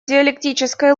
диалектической